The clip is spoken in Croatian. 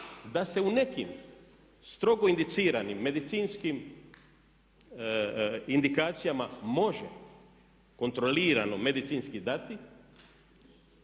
Da se u nekim strogo indiciranim medicinskim indikacijama može kontrolirano medicinski dati